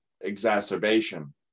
exacerbation